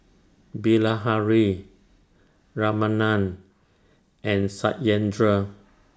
Bilahari Ramanand and Satyendra